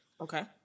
Okay